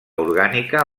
orgànica